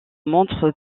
montre